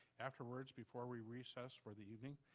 afterwards, before we recess for the evening,